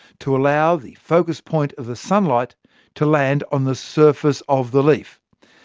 to allow the focus point of the sunlight to land on the surface of the leaf.